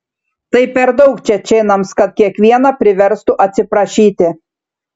tai per daug čečėnams kad kiekvieną priverstų atsiprašyti